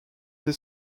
dès